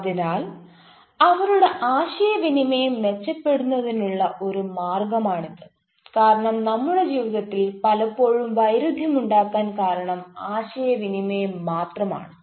അതിനാൽ അവരുടെ ആശയവിനിമയം മെച്ചപ്പെടുത്തുന്നതിനുള്ള ഒരു മാർഗമാണിത് കാരണം നമ്മുടെ ജീവിതത്തിൽ പലപ്പോഴും വൈരുദ്ധ്യമുണ്ടാകാൻ കാരണം ആശയവിനിമയം മാത്രമാണ്